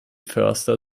förster